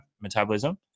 metabolism